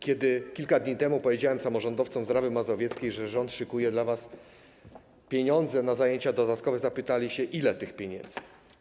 Kiedy kilka dni temu powiedziałem samorządowcom z Rawy Mazowieckiej, że rząd szykuje dla nich pieniądze na zajęcia dodatkowe, zapytali, ile tych pieniędzy.